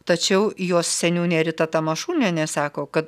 tačiau jos seniūnė rita tamašunienė sako kad